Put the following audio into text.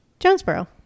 Jonesboro